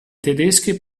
tedesche